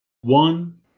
one